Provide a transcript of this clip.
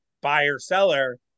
buyer-seller